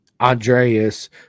Andreas